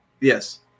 Yes